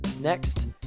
Next